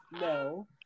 No